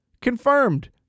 Confirmed